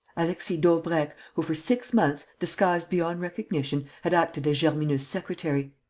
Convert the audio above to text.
alexis daubrecq, who, for six months, disguised beyond recognition, had acted as germineaux's secretary.